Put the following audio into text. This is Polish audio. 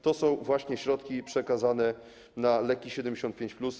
To są właśnie środki przekazane na leki 75+.